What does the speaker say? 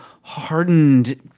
hardened